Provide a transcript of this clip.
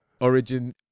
origin